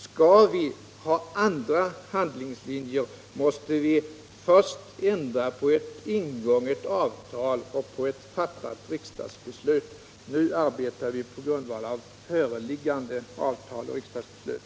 Skall vi ha andra handlingslinjer måste vi först ändra på ett ingånget avtal och ett fattat riksdagsbeslut. Nu arbetar vi på grundval av föreliggande avtal och riksdagsbeslut.